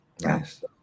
Nice